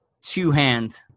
two-hand